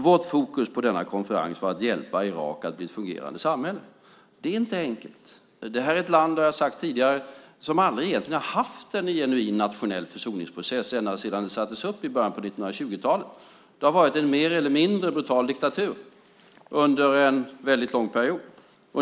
Vårt fokus på denna konferens var att hjälpa Irak att bli ett fungerande samhälle. Det är inte enkelt. Det här är ett land, och det har jag sagt tidigare, som egentligen aldrig har haft en genuin nationell försoningsprocess sedan den sattes upp i början av 1920-talet. Det har varit en mer eller mindre brutal diktatur under en väldigt lång period.